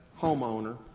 homeowner